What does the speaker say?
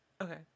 okay